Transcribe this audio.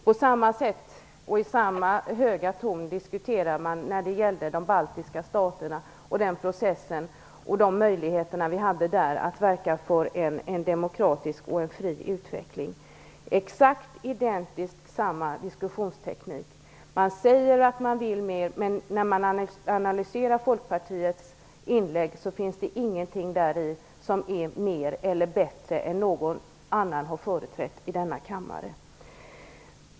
På samma sätt och i samma höga tonläge diskuterade man när det gällde de baltiska staterna och de möjligheter vi i det sammanhanget hade att verka för en demokratisk och fri utveckling. Det är exakt identiskt samma diskussionsteknik. Man säger att man vill mer, men en analys av Folkpartiets inlägg visar att de inte står för något mer eller bättre än de synpunkter som har företrätts av andra i denna kammare.